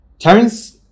Terence